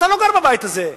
אתה לא גר בבית הזה.